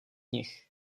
knih